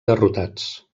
derrotats